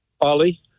Ollie